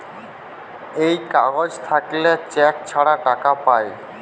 এই কাগজ থাকল্যে চেক ছাড়া টাকা পায়